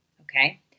Okay